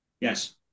Yes